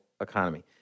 economy